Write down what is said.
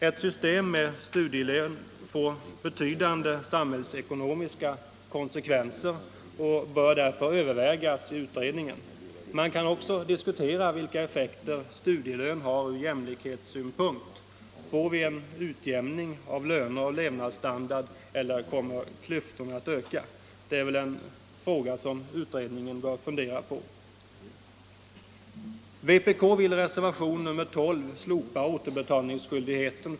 Ett system med studielön får betydande samhällsekonomiska konsekvenser och bör därför övervägas i utredningen. Man kan också diskutera vilka effekter studielön har ur jämlikhetssynpunkt. Får vi en utjämning av löner och levnadsstandard, eller kommer klyftorna att öka? Det är väl en fråga som utredningen bör fundera på.